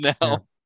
now